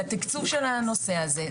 לתקצוב של הנושא הזה,